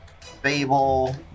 fable